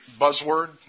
Buzzword